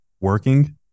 working